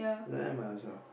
then might as well